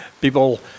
people